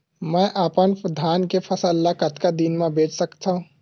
मैं अपन धान के फसल ल कतका दिन म बेच सकथो?